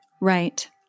Right